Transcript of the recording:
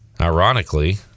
ironically